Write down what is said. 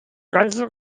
ganzen